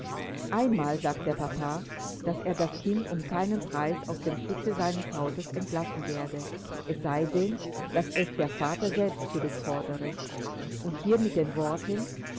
einmal sagt der papa daß er das kind um keinen preis aus dem schutze seines hauses entlassen werde es sei denn daß es der vater selbst zurückfordere und hier mit den worten